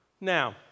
Now